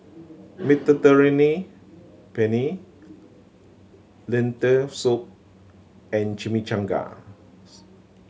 Mediterranean Penne Lentil Soup and Chimichangas